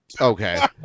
okay